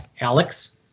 Alex